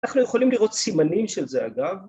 אנחנו יכולים לראות סימנים של זה אגב